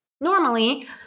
Normally